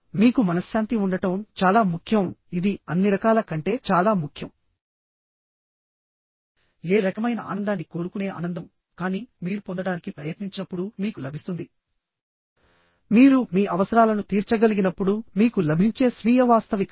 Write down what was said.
మీకు మనశ్శాంతి ఉండటం చాలా ముఖ్యంఇది అన్ని రకాల కంటే చాలా ముఖ్యం ఏ రకమైన ఆనందాన్ని కోరుకునే ఆనందం కానీ మీరు పొందడానికి ప్రయత్నించినప్పుడు మీకు లభిస్తుంది మీరు మీ అవసరాలను తీర్చగలిగినప్పుడు మీకు లభించే స్వీయ వాస్తవికత